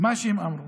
מה שהם אמרו: